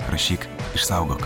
rašyk išsaugok